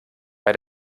bei